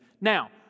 Now